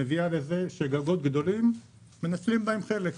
מביאה לכך שגגות גדולים מנצלים בהם רק חלק,